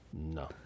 No